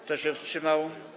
Kto się wstrzymał?